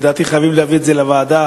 לדעתי חייבים להעביר את זה לוועדה,